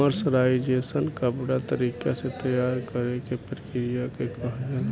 mercerisation कपड़ा तरीका से तैयार करेके प्रक्रिया के कहल जाला